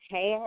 Hey